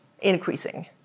increasing